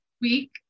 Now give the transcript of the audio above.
week